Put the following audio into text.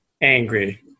angry